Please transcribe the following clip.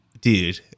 dude